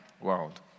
world